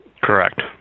Correct